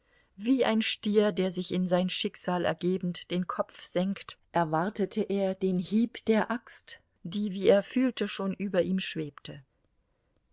wie ein stier der sich in sein schicksal ergebend den kopf senkt erwartete er den hieb der axt die wie er fühlte schon über ihm schwebte